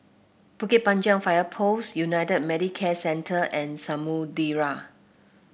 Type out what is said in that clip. Bukit Panjang Fire Post United Medicare Centre and Samudera